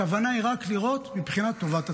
הכוונה היא רק לראות מבחינת טובת הציבור.